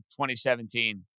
2017